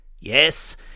Yes